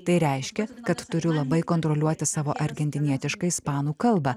tai reiškia kad turiu labai kontroliuoti savo argentinietišką ispanų kalbą